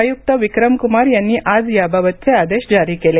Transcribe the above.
आयुक्त विक्रमकुमार यांनी याबाबतचे आदेश आज जारी केले